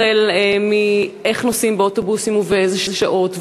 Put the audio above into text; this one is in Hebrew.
החל באיך נוסעים באוטובוסים ובאיזה שעות,